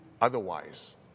otherwise